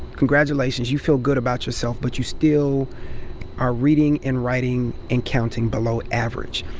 congratulations. you feel good about yourself, but you still are reading and writing and counting below average.